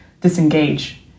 disengage